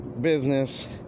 business